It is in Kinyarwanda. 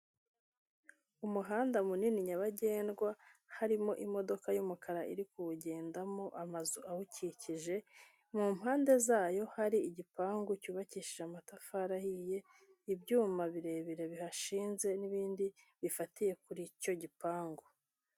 Umuhanda munini nyabagendwa, harimo imodoka y'umukara iri kuwugendamo, amazu awukikije, mu mpande zayo hari igipangu cyubakishije amatafari ahiye, ibyuma birebire bihashinze n'ibindi bifatiye kuri icyo gipangu.